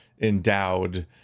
endowed